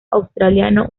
australiano